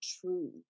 true